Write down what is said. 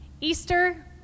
Easter